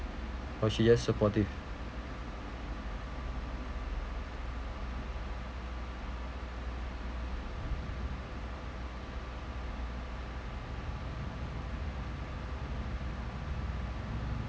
or she just support it